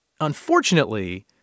Unfortunately